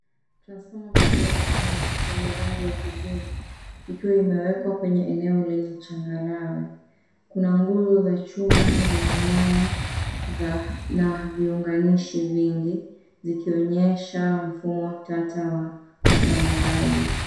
Transfoma kubwa ya umeme yenye rangi ya kijivu, ikiwa imewekwa kwenye eneo la changarawe. Kuna nguzo za chuma zenye nyaya na viunganishi vingi ,zikionyesha mfumo tata wa usambazaji.